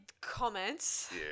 comments